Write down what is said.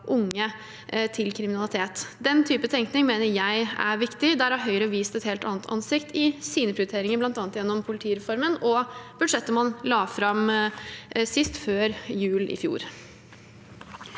unge til kriminalitet. Den type tenkning mener jeg er viktig. Der har Høyre vist et helt annet ansikt i sine prioriteringer, bl.a. gjennom politireformen og budsjettet man la fram sist, før jul i fjor.